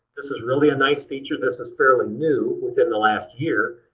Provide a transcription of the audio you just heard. this is really a nice feature. this is fairly new, within the last year,